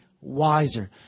wiser